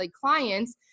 clients